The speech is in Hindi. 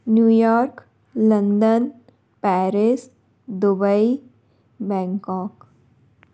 new York London Paris Dubai Bangkok